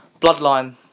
Bloodline